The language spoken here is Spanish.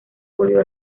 volvió